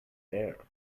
heir